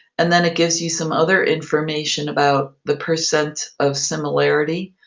and then it gives you some other information about the percent of similarity,